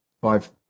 five